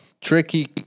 tricky